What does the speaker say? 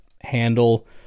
handle